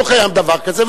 אבל לא קיים דבר כזה,